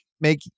make